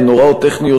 הן הוראות טכניות,